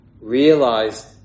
realized